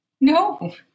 No